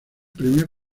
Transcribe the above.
premio